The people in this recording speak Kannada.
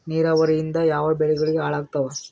ನಿರಾವರಿಯಿಂದ ಯಾವ ಬೆಳೆಗಳು ಹಾಳಾತ್ತಾವ?